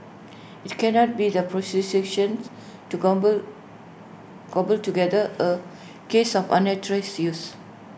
IT cannot be the prosecutions to cobble cobble together A case of unauthorised use